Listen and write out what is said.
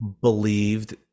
believed